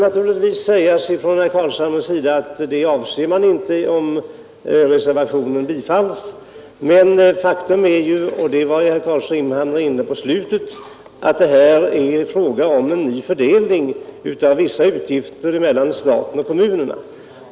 Herr Carls hamre kan naturligtvis säga att det inte är avsikten med reservationsförslaget. Men faktum är — och den saken kom herr Carlshamre in på i slutet av sitt anförande — att det här blir fråga om en ny fördelning av vissa utgifter mellan stat och kommun.